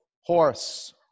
Horse